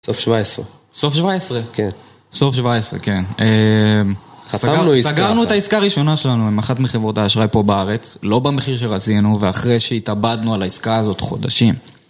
סוף שבע עשרה. סוף שבע עשרה? כן. סוף שבע עשרה, כן. סגרנו את העסקה הראשונה שלנו עם אחת מחברות האשראי פה בארץ, לא במחיר שרצינו, ואחרי שהתאבדנו על העסקה הזאת חודשים.